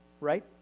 right